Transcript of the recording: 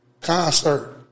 concert